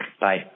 Bye